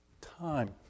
time